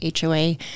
HOA